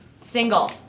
single